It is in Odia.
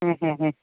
ହୁଁ ହୁଁ ହୁଁ